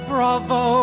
Bravo